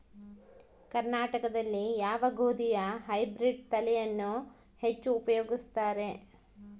ಕರ್ನಾಟಕದಲ್ಲಿ ಯಾವ ಗೋಧಿಯ ಹೈಬ್ರಿಡ್ ತಳಿಯನ್ನು ಹೆಚ್ಚು ಉಪಯೋಗಿಸುತ್ತಾರೆ?